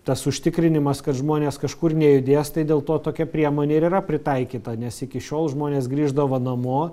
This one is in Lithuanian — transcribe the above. tas užtikrinimas kad žmonės kažkur nejudės tai dėl to tokia priemonė ir yra pritaikyta nes iki šiol žmonės grįždavo namo